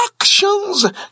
actions